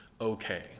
okay